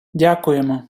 дякуємо